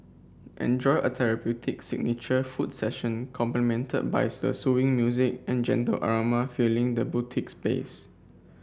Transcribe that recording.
enjoy a therapeutic signature foot session complimented by the soothing music and gentle aroma filling the boutique space